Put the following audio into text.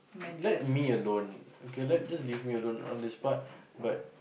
let me alone okay let just leave me alone on this part but